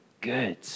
good